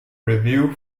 review